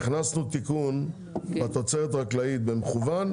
הכנסנו תיקון לתוצרת חקלאית במקוון,